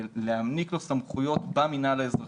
ולהעניק לו סמכויות במינהל האזרחי,